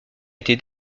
été